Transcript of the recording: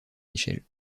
michel